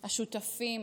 השותפים,